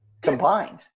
combined